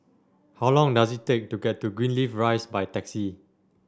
how long does it take to get to Greenleaf Rise by taxi